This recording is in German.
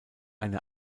eine